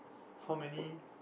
how many